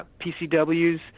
pcw's